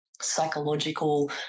psychological